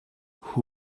who